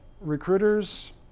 recruiters